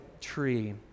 tree